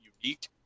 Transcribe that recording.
unique